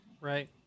Right